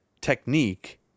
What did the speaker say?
technique